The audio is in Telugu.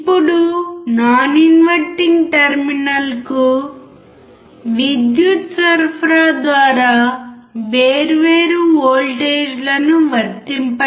ఇప్పుడు నాన్ ఇన్వర్టింగ్ టెర్మినల్కు విద్యుత్ సరఫరా ద్వారా వేర్వేరు వోల్టేజ్లను వర్తింపజేద్దాం